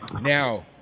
now